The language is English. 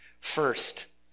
First